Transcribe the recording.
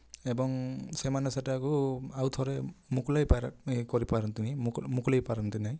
ଏବଂ ସେମାନେ ସେଠାକୁ ଆଉ ଥରେ ମୁକୁଳାଇ କରିପାରନ୍ତିନି ମୁକୁଳାଇ ପାରନ୍ତି ନାହିଁ